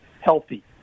healthy